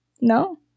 No